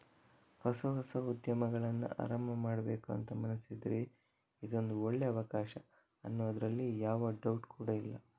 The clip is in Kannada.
ಹೊಸ ಹೊಸ ಉದ್ಯಮಗಳನ್ನ ಆರಂಭ ಮಾಡ್ಬೇಕು ಅಂತ ಮನಸಿದ್ರೆ ಇದೊಂದು ಒಳ್ಳೇ ಅವಕಾಶ ಅನ್ನೋದ್ರಲ್ಲಿ ಯಾವ ಡೌಟ್ ಕೂಡಾ ಇಲ್ಲ